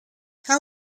how